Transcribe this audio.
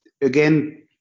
again